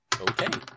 Okay